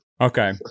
Okay